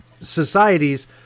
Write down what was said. societies